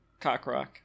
Cockrock